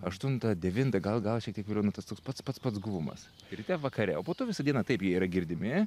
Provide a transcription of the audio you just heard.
aštuntą devintą gal gal šiek tiek vėliau nu tas toks pats pats pats guvumas ryte vakare o po to visą dieną taip jie yra girdimi